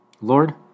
lord